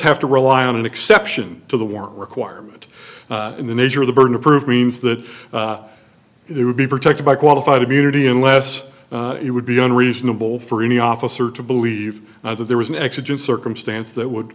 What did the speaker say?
have to rely on an exception to the warrant requirement in the nature of the burden of proof means that it would be protected by qualified immunity unless it would be unreasonable for any officer to believe that there was an accident circumstance that would